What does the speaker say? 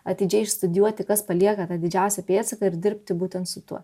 atidžiai išstudijuoti kas palieka tą didžiausią pėdsaką ir dirbti būtent su tuo